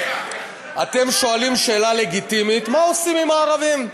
אתם שואלים שאלה לגיטימית: מה עושים עם הערבים,